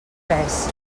tres